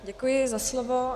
Děkuji za slovo.